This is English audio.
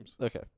okay